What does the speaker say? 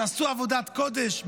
שעשו עבודת קודש,